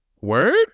Word